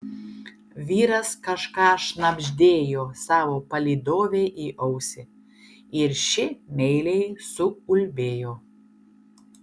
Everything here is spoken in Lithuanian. vyras kažką šnabždėjo savo palydovei į ausį ir ši meiliai suulbėjo